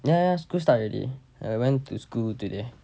ya ya school start already I went to school today